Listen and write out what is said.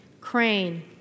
Crane